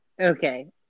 Okay